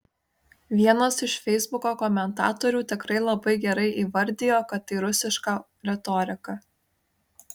vienas iš feisbuko komentatorių tikrai labai gerai įvardijo kad tai rusiška retorika